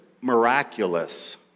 miraculous